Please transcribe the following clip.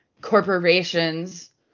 corporations